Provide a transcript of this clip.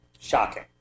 shocking